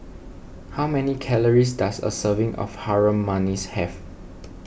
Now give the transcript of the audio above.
how many calories does a serving of Harum Manis have